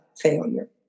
failure